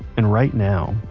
and right now,